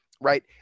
right